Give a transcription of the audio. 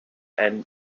and